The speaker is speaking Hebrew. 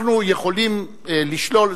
אנחנו יכולים לשלול,